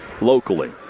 locally